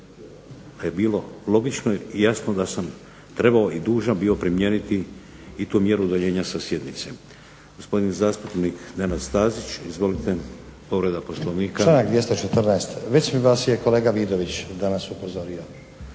pa je bilo logično i jasno da sam trebao i dužan bio primijeniti i tu mjeru udaljenja sa sjednice. Gospodin zastupnik Nenad Stazić izvolite, povreda Poslovnika. **Stazić, Nenad (SDP)** Članak 214., već vas je kolega Vidović danas upozorio.